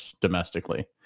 domestically